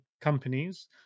companies